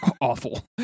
awful